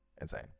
insane